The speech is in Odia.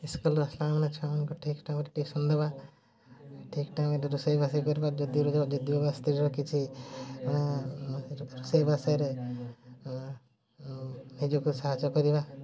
ସ୍କୁଲରେ ଆସିଲାମାନେ ଛୁଆମାନଙ୍କୁ ଠିକ୍ ଟାଇମରେ ଟିଉସନ୍ ଦେବା ଠିକ୍ ଟାଇମରେ ରୋଷେଇବାସ କରିବା ଯଦି ଯଦିଓ ସ୍ତ୍ରୀର କିଛି ରୋଷେଇବାସରେ ନିଜକୁ ସାହାଯ୍ୟ କରିବା